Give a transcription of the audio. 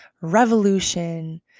revolution